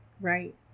Right